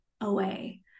away